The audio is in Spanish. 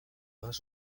hojas